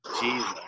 Jesus